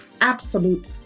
absolute